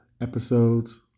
episodes